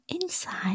inside